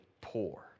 poor